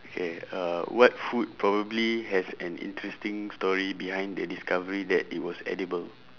okay uh what food probably has an interesting story beside the discovery that it was edible